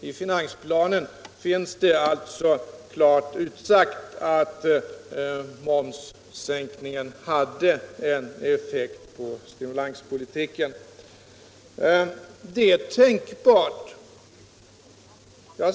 I finansplanen finns det alltså klart utsagt att momssänkningen hade en effekt på konsumtionen och därmed också sysselsättningen.